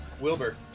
Wilbur